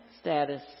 status